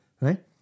right